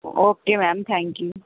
okay ma'am thank you